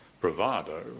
bravado